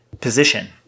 position